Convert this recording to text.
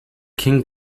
king